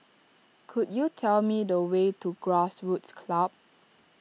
could you tell me the way to Grassroots Club